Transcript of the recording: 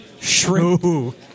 Shrimp